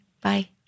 Bye